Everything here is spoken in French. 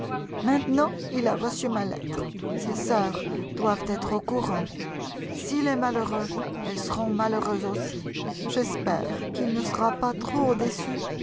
maintenant il a reçu ma lettre ses sœurs doivent être au courant s'il est malheureux elles seront malheureuses aussi j'espère qu'il ne sera pas trop déçu